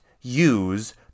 use